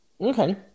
Okay